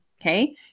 Okay